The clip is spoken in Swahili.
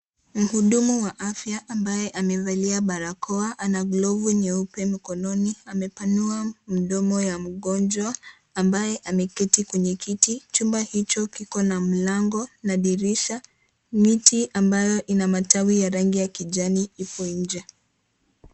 Mhudumu wa afya ambaye amevalia barakoa, ana glovu nyeupe mikononi. Amepanua mdomo ya mgonjwa, ambaye ameketi kwenye kiti. Chumba hicho, kiko na mlango na dirisha. Miti ambayo ina matawi ya rangi ya kijani ipo nje.